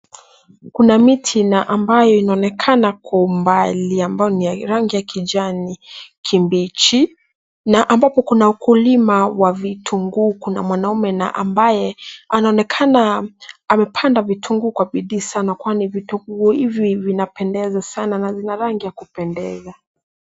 Kuna miti, na ambayo inaonekana kwa umbali ambayo ni ya rangi ya kijani kibichi, na ambapo kuna ukulima wa vitunguu, kuna mwanaume na ambaye anaonekana amepanda vitunguu kwa bidii sana kwani vitunguu hivi vinapendeza sana na zina rangi ya kupendeza.